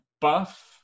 buff